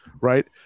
Right